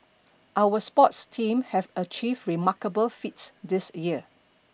our sports team have achieved remarkable feats this year